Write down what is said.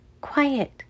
quiet